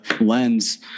lens